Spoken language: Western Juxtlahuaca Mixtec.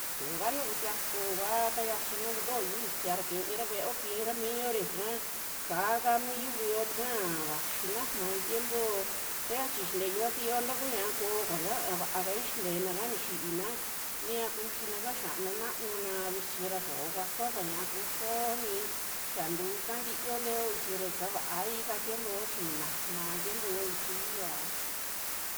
Su'uka nuju kutiakun kua, ta xiachi kuntuo yu'u itia ra kiira ve'eo kira miyo ra yaka saaka mi yuvi yoo taka, vaxi naama tiempo tayachi xinte yuvasio ta ña'a koo koña vaakai xintenaka nixiina, ni ya kuxinaka xianu naanuna vichi ra koo kuakua ka ñia'a kuxio ni yaa tuuka ntiyo teo vichi ra yaka va'ai kaa tiempo yoo, chi ninama tiempo yo'o vichi yi'iyoa.